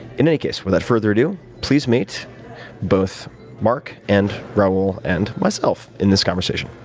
in any case, without further ado, please meet both mark and raoul and myself in this conversation.